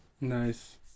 Nice